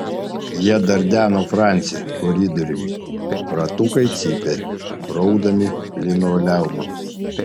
jie dardeno francį koridoriumi ratukai cypė braukdami linoleumą